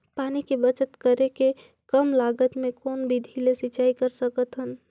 पानी के बचत करेके कम लागत मे कौन विधि ले सिंचाई कर सकत हन?